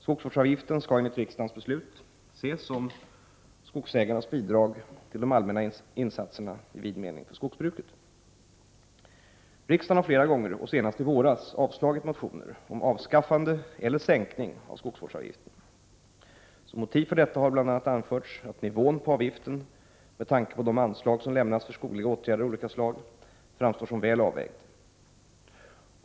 Skogsvårdsavgiften skall enligt riksdagens beslut ses som skogsägarnas bidrag till de allmänna insatserna i vid mening för skogsbruket. Riksdagen har flera gånger, senast i våras, avslagit motioner om avskaffande eller sänkning av skogsvårdsavgiften. Som motiv för detta har bl.a. anförts att nivån på avgiften med tanke på de anslag som lämnas för skogliga åtgärder av olika slag framstår som väl avvägd.